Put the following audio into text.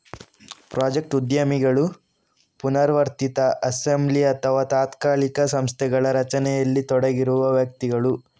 project ಉದ್ಯಮಿಗಳು ಪುನರಾವರ್ತಿತ assembly ಅಥವಾ ತಾತ್ಕಾಲಿಕ ಸಂಸ್ಥೆಗಳ ರಚನೆಯಲ್ಲಿ ತೊಡಗಿರುವ ವ್ಯಕ್ತಿಗಳು